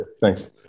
thanks